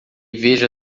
veja